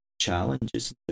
challenges